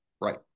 Right